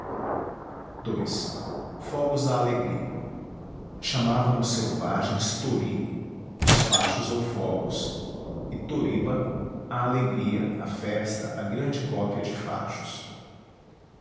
ii fogos da alegria chamavam os selvagens tory os fachos ou fogos e toryba a alegria a festa a grande cópia de fachos